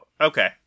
okay